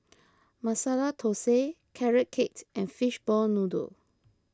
Masala Thosai Carrot Cake and Fishball Noodle